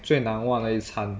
最难忘的一餐